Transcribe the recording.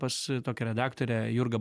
pas tokią redaktorę jurgą